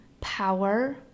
power